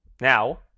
now